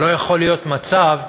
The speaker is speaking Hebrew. לא יכול להיות מצב שהיום,